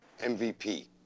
MVP